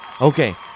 Okay